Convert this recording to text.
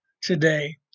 today